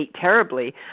terribly